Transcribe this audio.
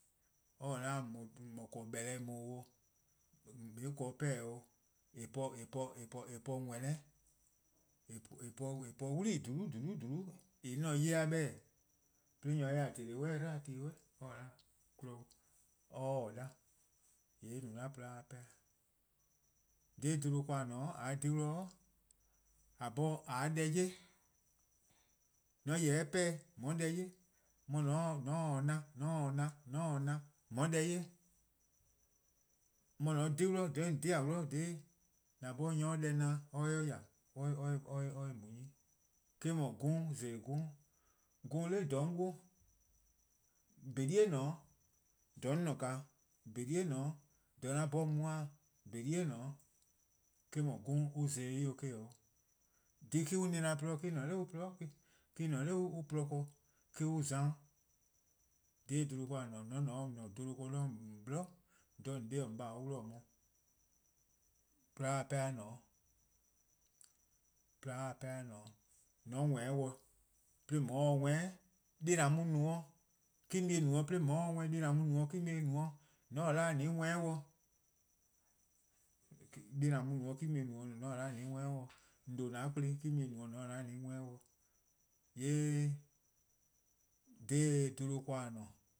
Or 'ya 'o :mor :korn bhee :daa 'o :on 'ye-eh ken 'pehn 'o :eh :eh po-a :whenneh', :eh po-a 'wlii :dhulu, :dhulu' :dhulu' 'on se-a 'ye-a beh-dih 'de nyor 'ye-eh 'dlu dhe 'suh 'de or 'ye-a 'o kpon-dih 'o or 'ye-a 'o 'da :yee' eh no 'an :porluh-a dih 'pehn-a. Dha 'bluhba ken daa :a ne-a :mor :a dhe-dih :yee' :a 'bhorn :a ye deh 'ye, :an :yeh 'pehn[dih :on 'ye deh 'yi, :an :yeh taa na, :or taa na, :or taa na or 'ye deh 'ye, :an :yeh :dhe-dih, :yeh :on 'dhe-a dih :dha :daa :an 'bhorn nyor 'ye deh :na dih or 'ye-eh 'de :ya or 'ye-eh :on 'nyi, :eh-: 'dhu guun', :zeguun', guun' 'da 'de :dha 'on 'wluh-a :bhorlie' :ne 'de, :dha 'on :ne-a :bhorlie' :ne 'o, 'de :dha 'an 'bhorn 'on 'ye-a mu :bhor; ie' :ne 'de, eh-: :mor guun'-a zee 'o. Dhih 'o an na-dih :porluh dih, me-: :ne 'o on :porluh ken an za-'. Dha 'bluhba ken :a :ne-a :mor :on :ne 'o :on 'bli 'do :dha :on 'de-: :on :baa-: on 'wluh-dih-a on, :porluh-a dih 'pehn-eh :ne 'de, mor :on :nmor 'de dih, mon :on 'ye 'de :nmor. deh :an mu-a no-' me-: mu-eh no-' 'de :on 'ye 'de dih :nmor, me-: mu no 'de :on 'ye-a 'o :on se de dih :nmor 'i. Den :an mu-a no-' me-: mu-eh 'de :on :se 'de dih :nmor 'i :on :due' an kplen me-: no-eh :on 'ye-a :on se 'de dih :nmor 'i 'o. :yee' dha 'bluhba ken :a :ne-a,